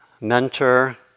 mentor